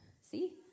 See